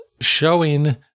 showing